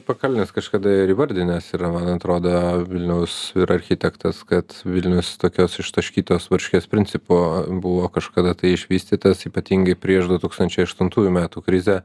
pakalnis kažkada ir įvardinęs yra man atrodo vilniaus ir architektas kad vilnius tokios ištaškytos varškės principu buvo kažkada tai išvystytas ypatingai prieš du tūkstančiai aštuntųjų metų krizę